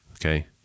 okay